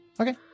Okay